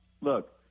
Look